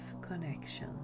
connection